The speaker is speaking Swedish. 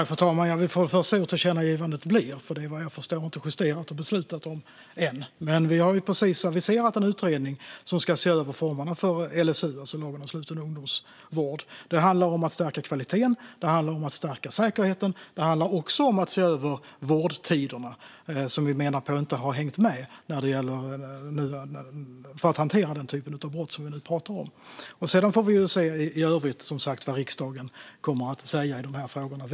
Fru talman! Jag vill först se vad tillkännagivande blir. Det är såvitt jag förstår inte justerat eller beslutat än. Vi har precis aviserat en utredning som ska se över formerna för LSU, lagen om sluten ungdomsvård. Det handlar om att stärka kvaliteten och stärka säkerheten. Det handlar också om att se över vårdtiderna, som vi menar inte har hängt med för att hantera den typ av brott som vi nu talar om. Sedan får vi se i övrigt vad riksdagen kommer att säga i de här frågorna.